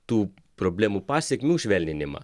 tų problemų pasekmių švelninimą